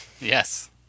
yes